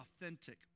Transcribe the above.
authentic